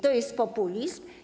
To jest populizm?